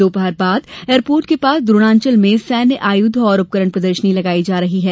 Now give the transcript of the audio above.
दोपहर बाद एयरपोर्ट के पास द्रोणाचल में सैन्य आयुध और उपकरण प्रदर्शनी लगाई जा रही है